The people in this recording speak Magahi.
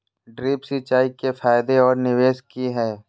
ड्रिप सिंचाई के फायदे और निवेस कि हैय?